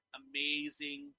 amazing